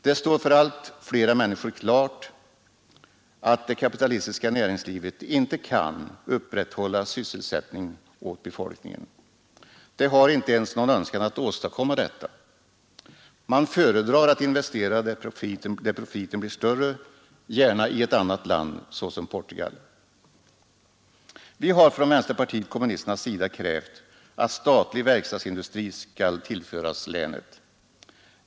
Det står för allt flera människor klart att det kapitalistiska samhället inte kan upprätthålla sysselsättning åt befolkningen. Det har inte ens någon önskan att åstadkomma detta. Man föredrar att investera där profiten blir större, gärna i ett annat land, såsom i Portugal. Vi har från vänsterpartiet kommunisterna krävt att statlig verkstadsindustri skall tillföras länet.